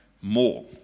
more